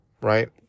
right